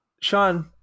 Sean